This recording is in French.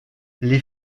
les